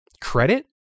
credit